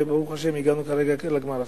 וברוך השם הגענו כרגע לגמר.